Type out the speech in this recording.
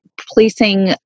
placing